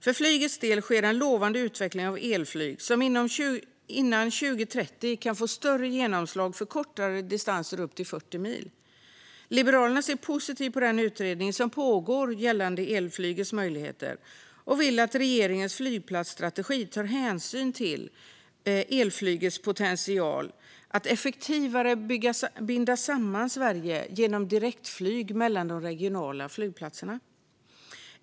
För flygets del sker en lovande utveckling av elflyg, som före 2030 kan få större genomslag på kortare distanser upp till 40 mil. Liberalerna ser positivt på den utredning som pågår gällande elflygets möjligheter och vill att regeringens flygplatsstrategi tar hänsyn till elflygets potential att effektivare binda samman Sverige genom direktflyg mellan de regionala flygplatserna.